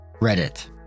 reddit